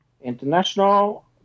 International